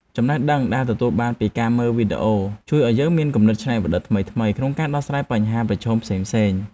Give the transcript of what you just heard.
ចំណេះដឹងដែលទទួលបានពីការមើលវីដេអូជួយឱ្យយើងមានគំនិតច្នៃប្រឌិតថ្មីៗក្នុងការដោះស្រាយបញ្ហាប្រឈមផ្សេងៗ។